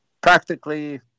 practically